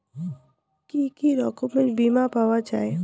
কি কি রকমের বিমা পাওয়া য়ায়?